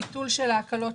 ביטול של ההקלות,